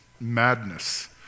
madness